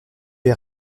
est